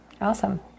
Awesome